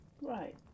Right